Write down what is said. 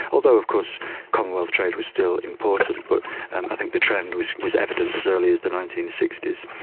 although of course commonwealth trade was still important, but i think the trend was was evident as early as the nineteen sixty s.